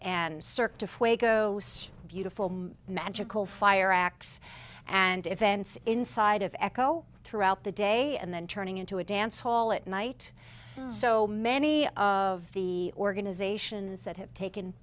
waco beautiful magical fire acts and events in side of echo throughout the day and then turning into a dance hall at night so many of the organizations that have tak